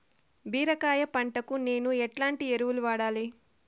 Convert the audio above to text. బీరకాయ పంటకు నేను ఎట్లాంటి ఎరువులు వాడాలి?